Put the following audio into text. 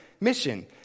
mission